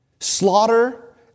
Slaughter